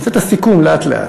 נעשה את הסיכום לאט-לאט.